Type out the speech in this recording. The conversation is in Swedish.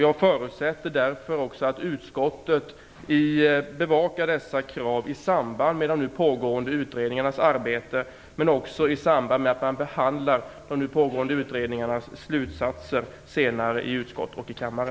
Jag förutsätter därför att utskottet bevakar dessa krav i samband med de nu pågående utredningarnas arbete och också i samband med att man behandlar de pågående utredningarnas slutsatser senare i utskott och i kammare.